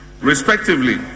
respectively